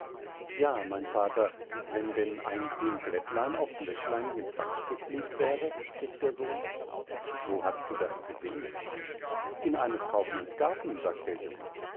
ja mein vater wenn denn ein grün blättlein aufs löchlein mit wachs geklebt wäre spricht der sohn wo hast du das gesehn in eines kaufmanns garten sagt der junge